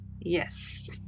yes